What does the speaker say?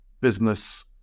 business